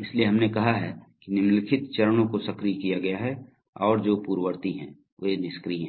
इसलिए हमने कहा है कि निम्नलिखित चरणों को सक्रिय किया गया है और जो पूर्ववर्ती हैं वे निष्क्रिय हैं